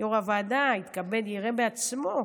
יו"ר הוועדה יתכבד בעצמו,